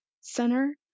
center